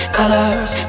colors